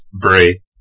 Bray